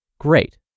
Great